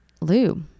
lube